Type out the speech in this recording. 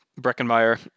Breckenmeyer